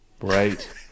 Right